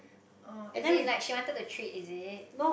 oh as in like she wanted to treat is it